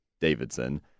Davidson